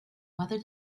whether